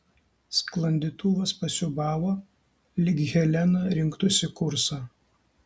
sklandytuvas pasiūbavo lyg helena rinktųsi kursą